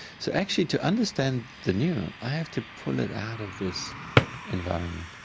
so actually to understand the neuron i have to pull it out of this environment,